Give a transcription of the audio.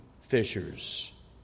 fishers